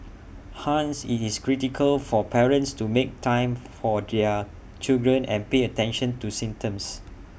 hence IT is critical for parents to make time for their children and pay attention to symptoms